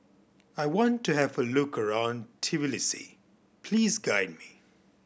I want to have a look around Tbilisi please guide me